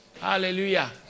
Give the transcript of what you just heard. Hallelujah